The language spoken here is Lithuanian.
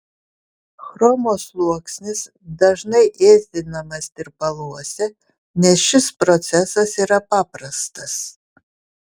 chromo sluoksnis dažnai ėsdinamas tirpaluose nes šis procesas yra paprastas